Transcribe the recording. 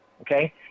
Okay